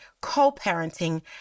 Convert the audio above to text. co-parenting